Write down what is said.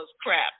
crap